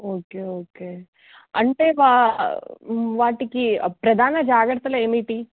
okay okay అంటే వా వాటికి ప్రధాన జాగ్రత్తలు ఏమిటి